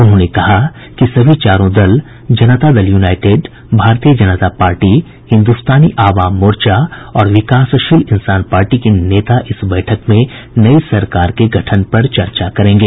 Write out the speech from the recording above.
उन्होंने कहा कि सभी चारों दल जनता दल यूनाइटेड भारतीय जनता पार्टी हिन्दुस्तानी आवाम मोर्चा और विकासशील इन्सान पार्टी के नेता इस बैठक में नई सरकार के गठन पर चर्चा करेंगे